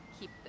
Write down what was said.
keep